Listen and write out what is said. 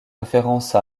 référence